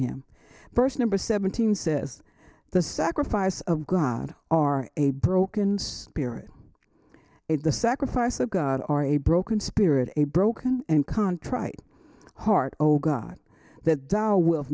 him first number seventeen says the sacrifice of god are a broken spirit at the sacrifice of god are a broken spirit a broken and con tried hard oh god that dollar will